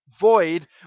void